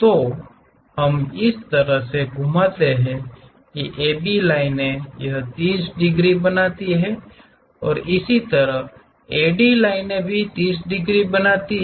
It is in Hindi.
तो हम इस तरह से घुमाते हैं कि AB लाइनें यह 30 डिग्री बनाती है और इसी तरह AD लाइन भी 30 डिग्री बनाती है